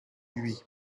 lui